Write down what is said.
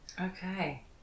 okay